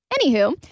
Anywho